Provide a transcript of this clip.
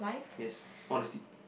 yes honesty